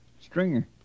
Stringer